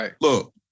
Look